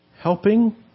helping